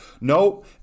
no